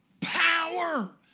power